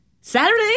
Saturday